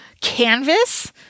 canvas